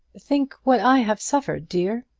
think what i have suffered, dear.